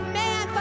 man